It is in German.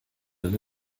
eine